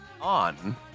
on